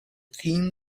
theme